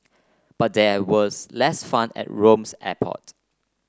but there was less fun at Rome's airport